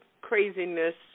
craziness